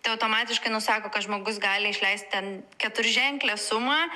tai automatiškai nusako kad žmogus gali išleisti ten keturženklę sumą